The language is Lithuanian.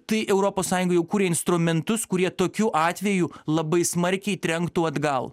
tai europos sąjunga jau kuria instrumentus kurie tokiu atveju labai smarkiai trenktų atgal